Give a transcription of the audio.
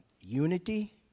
unity